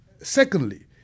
Secondly